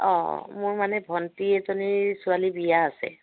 অঁ অঁ মোৰ মানে ভন্টি এজনীৰ ছোৱালীৰ বিয়া আছে